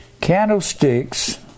candlesticks